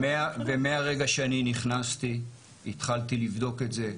ומרגע שאני נכנסתי התחלתי לבדוק את זה.